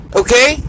okay